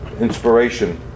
inspiration